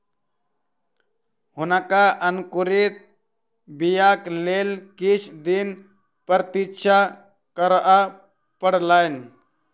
हुनका अंकुरित बीयाक लेल किछ दिन प्रतीक्षा करअ पड़लैन